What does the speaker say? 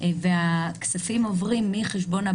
לגבי חשבונות